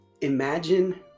imagine